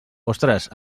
ostres